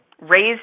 raised